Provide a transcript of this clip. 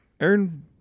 Aaron